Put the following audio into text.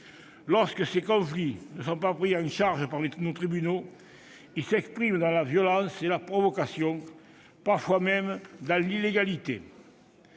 Lorsque ces conflits ne sont pas pris en charge par nos tribunaux, ils s'expriment dans la violence et la provocation, parfois même dans l'illégalité.